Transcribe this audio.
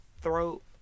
throat